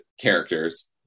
characters